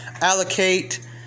Allocate